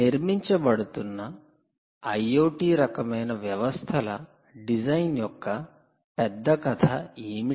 నిర్మించబడుతున్న IoT రకమైన వ్యవస్థల design యొక్క పెద్ద కథ ఏమిటి